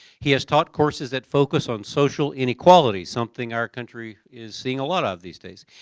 he has taught courses that focus on social inequality, something our country is seeing a lot of these days.